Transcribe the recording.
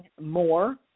more